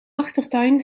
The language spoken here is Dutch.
achtertuin